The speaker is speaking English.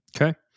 Okay